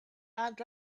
and